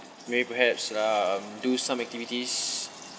maybe perhaps um do some activities